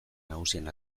nagusien